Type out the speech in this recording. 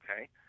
okay